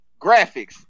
graphics